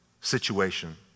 situation